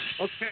Okay